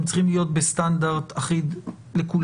הם צריכים להיות בסטנדרט אחיד לכולם.